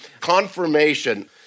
confirmation